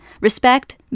respect